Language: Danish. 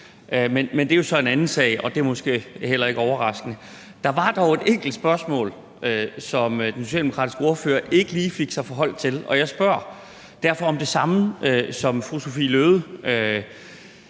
men det er så en anden sag, og det er måske heller ikke overraskende. Der var dog et enkelt spørgsmål, som den socialdemokratiske ordfører ikke lige fik forholdt sig til, og jeg spørger derfor om det samme som fru Sophie Løhde,